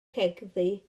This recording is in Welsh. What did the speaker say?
cegddu